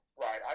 right